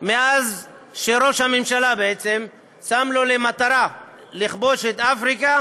מאז שראש הממשלה בעצם שם לו למטרה לכבוש את אפריקה,